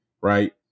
Right